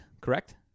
correct